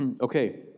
Okay